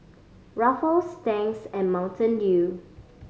Ruffles Tangs and Mountain Dew